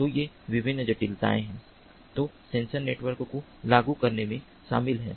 तो ये विभिन्न जटिलताएं हैं जो सेंसर नेटवर्क को लागू करने में शामिल हैं